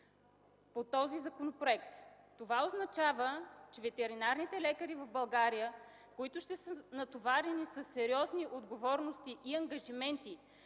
от 14 страници. Това означава, че ветеринарните лекари в България, които ще са натоварени със сериозни отговорности и ангажименти